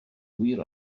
wir